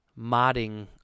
modding